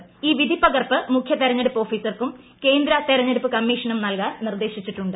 ഇൻപ്പിധിപ്പകർപ്പ് മുഖ്യ തെരഞ്ഞെടുപ്പ് ഓഫീസർക്കും കേന്ദ്ര ത്തെരഞ്ഞെടുപ്പ് കമ്മീഷനും നൽകാൻ നിർദ്ദേശിച്ചിട്ടുണ്ട്